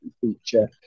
feature